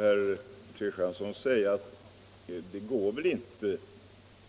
Fru talman! Det går väl inte